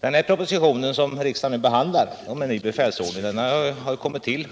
Den proposition som riksdagen nu behandlar har kommit till